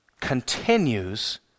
continues